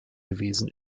gewesen